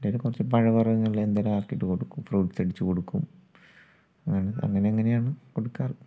അല്ലെങ്കിൽ കുറച്ച് പഴവർഗ്ഗങ്ങൾ എന്തെങ്കിലും ആക്കിയിട്ടു കൊടുക്കും ഫ്രൂട്ട്സ് അടിച്ചുകൊടുക്കും അങ്ങനെ അങ്ങനെയങ്ങനെയാണ് കൊടുക്കാറ്